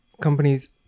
companies